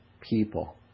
people